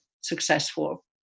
successful